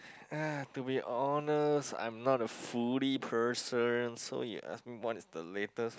eh to be honest I'm not a foodie person so yes ask me what is the latest